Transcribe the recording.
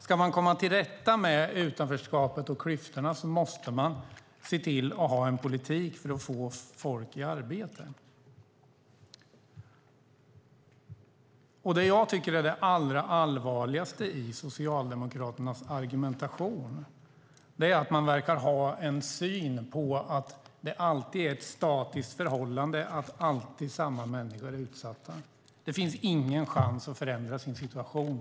Ska man komma till rätta med utanförskapet och klyftorna måste man, tror jag, se till att ha en politik för att få folk i arbete. Det jag tycker är det allra allvarligaste i Socialdemokraternas argumentation är att man verkar ha synen att det alltid är ett statiskt förhållande, att samma människor alltid är utsatta. Det finns ingen chans att förändra sin situation.